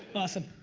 awesome.